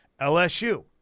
LSU